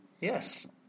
Yes